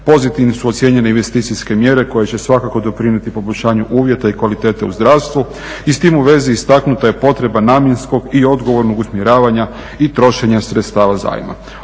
Pozitivnim su ocijenjene investicijske mjere koje će svakako doprinijeti poboljšanju uvjeta i kvalitete u zdravstvu i s tim u vezi istaknuta je potreba namjenskog i odgovornog usmjeravanja i trošenja sredstava zajma.